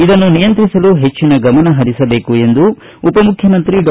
ಇದನ್ನು ನಿಯಂತ್ರಿಸಲು ಹೆಚ್ಚಿನ ಗಮನ ಪರಿಸಬೇಕು ಎಂದು ಉಪಮುಖ್ಯಮಂತ್ರಿ ಡಾ